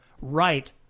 right